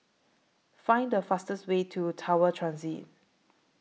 Find The fastest Way to Tower Transit